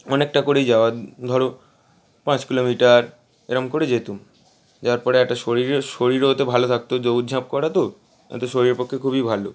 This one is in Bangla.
অনেকটা করেই যাওয়া ধরো পাঁচ কিলোমিটার এরম করে যেতুম যাওয়ার পরে একটা শরীরে শরীরও ওতে ভালো থাকতো দৌড় ঝাঁপ করা তো এটা শরীরের পক্ষে খুবই ভালো